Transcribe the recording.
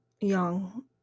young